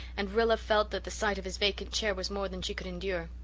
and rilla felt that the sight of his vacant chair was more than she could endure.